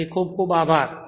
તેથી ખૂબ ખૂબ આભાર